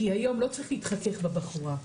כי היום לא צריך להתחכך בבחורה,